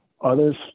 Others